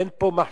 אין פה מחשבה.